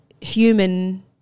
human